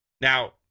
Now